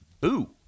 Boo